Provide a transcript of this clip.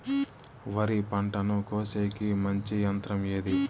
వరి పంటను కోసేకి మంచి యంత్రం ఏది?